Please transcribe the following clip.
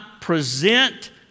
present